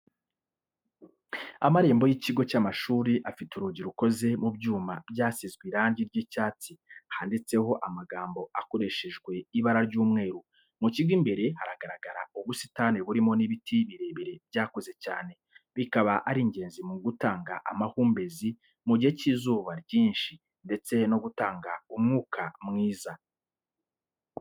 Amarembo y'ikigo cy'amashuri afite urugi rukoze mu byuma byasizwe irangi ry'icyatsi handitseho amagambo akoreshejwe ibara ry'umweru, mu kigo imbere hagaragara ubusitani burimo n'ibiti birebire byakuze cyane, bikaba ari ingenzi mu gutanga amahumbezi mu gihe cy'izuba ryinshi ndetse no gutanga umwuka mwiza.